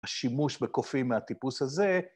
‫השימוש בקופים מהטיפוס הזה.